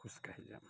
খোজকাঢ়ি যাম